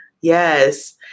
yes